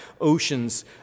oceans